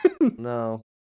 no